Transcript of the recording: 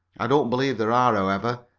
i don't believe there are, however,